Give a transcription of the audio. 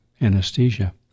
anesthesia